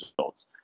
results